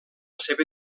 seva